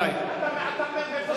אתה חוצפן אמיתי.